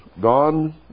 gone